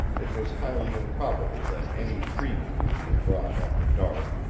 it was highly improbable that any freemen would be abroad after dark,